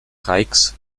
hikes